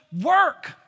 work